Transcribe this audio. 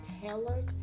tailored